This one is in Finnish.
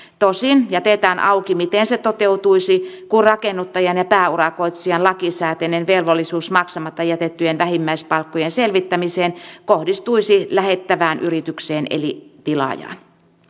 tosin jätetään auki miten se toteutuisi kun rakennuttajan ja pääurakoitsijan lakisääteinen velvollisuus maksamatta jätettyjen vähimmäispalkkojen selvittämiseen kohdistuisi lähettävään yritykseen eli tilaajaan